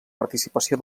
participació